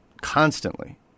constantly